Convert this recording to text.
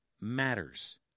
matters